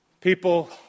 People